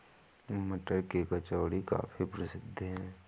मटर की कचौड़ी काफी प्रसिद्ध है